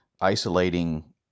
isolating